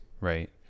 right